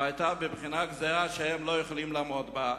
כבר היתה בבחינת גזירה שהם לא יכולים לעמוד בה.